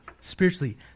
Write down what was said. Spiritually